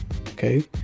okay